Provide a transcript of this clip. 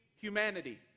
humanity